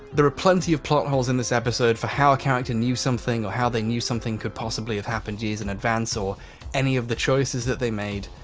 there are plenty of plot holes in this episode for how a character knew something or how they knew something could possibly have happened years in advance, or any of the choices that they made.